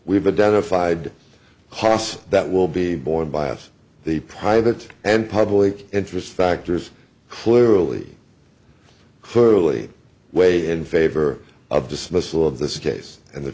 haas that will be borne by us the private and public interest factors clearly clearly way in favor of dismissal of this case and the